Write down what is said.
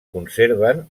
conserven